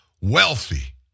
wealthy